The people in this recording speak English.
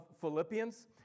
Philippians